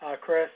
Chris